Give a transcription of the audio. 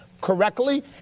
correctly